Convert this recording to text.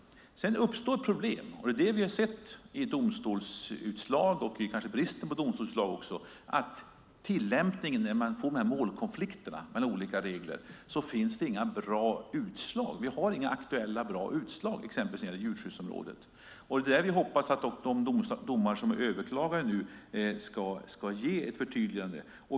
Sedan uppstår det problem. Det har vi sett i domstolsutslag och kanske också bristen på domstolsutslag. När det blir målkonflikter mellan olika regler finns det inga aktuella, bra utslag, exempelvis när det gäller djurskyddsområdet. Vi hoppas att de domar som är överklagade ska innebära förtydliganden.